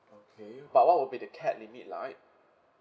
okay but what would be the capped limit like